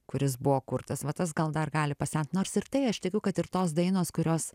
kuris buvo kurtas va tas gal dar gali pasent nors ir tai aš tikiu kad ir tos dainos kurios